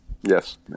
Yes